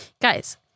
guys